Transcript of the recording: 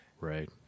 Right